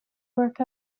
work